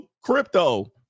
crypto